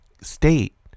state